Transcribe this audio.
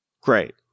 great